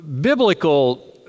biblical